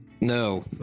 No